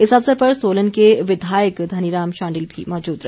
इस अवसर पर सोलन के विधायक धनीराम शांडिल भी मौजूद रहे